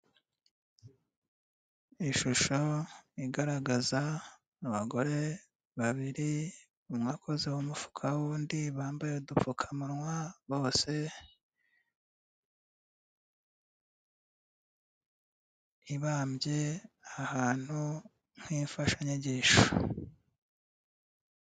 Ishusho igaragaza abagore babiri umwe akoze mu mufuka w'undi, bambaye udupfukamanwa bose, ibambye ahantu nk'imfashanyigisho.